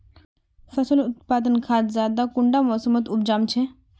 फसल उत्पादन खाद ज्यादा कुंडा मोसमोत उपजाम छै?